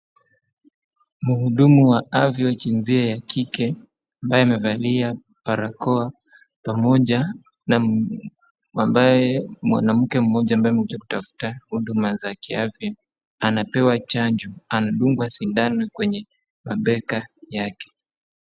Mhudumu wa fya wajinsia ya kike ambaye amevalia barakoa pamoja na ambaye mwanamke mmoja amekuja kutafuta huduma za kiafya. Anapewa chanjo anadungwa dawa kwenye mambega yake.